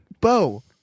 Bo